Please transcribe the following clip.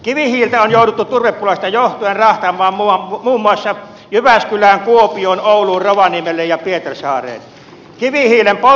kivihiiltä on jouduttu turvepulasta johtuen rahtaamaan muun muassa jyväskylään kuopioon ouluun rovaniemelle ja pietarsaareen